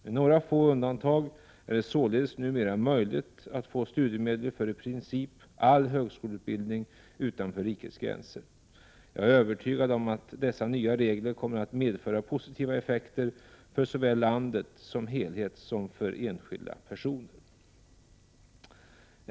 Med några få undantag är det således numera möjligt att få studiemedel för i princip all högskoleutbildning utanför rikets gränser. Jag är övertygad om att dessa nya regler kommer att medföra positiva effekter såväl för landet som helhet som för enskilda personer.